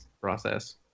process